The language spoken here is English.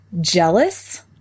Jealous